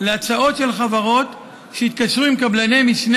להצעות של חברות שהתקשרו עם קבלני משנה